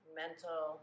mental